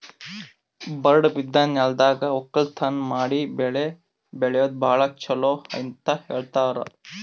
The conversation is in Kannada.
ಬರಡ್ ಬಿದ್ದ ನೆಲ್ದಾಗ ವಕ್ಕಲತನ್ ಮಾಡಿ ಬೆಳಿ ಬೆಳ್ಯಾದು ಭಾಳ್ ಚೊಲೋ ಅಂತ ಹೇಳ್ತಾರ್